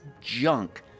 junk